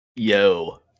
yo